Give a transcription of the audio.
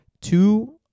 two